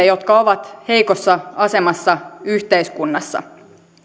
jotka ovat heikossa asemassa yhteiskunnassa